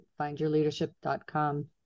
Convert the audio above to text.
findyourleadership.com